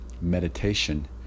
meditation